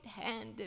hand